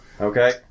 Okay